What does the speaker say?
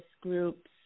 groups